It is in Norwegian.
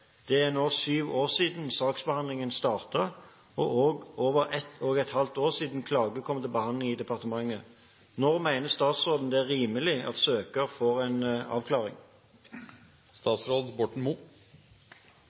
Det er nå syv år siden saksbehandlingen startet, og over ett og et halvt år siden klagen kom til behandling i departementet. Når mener statsråden det er rimelig at søker får en avklaring?»